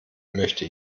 möchte